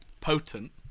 potent